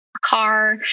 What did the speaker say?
car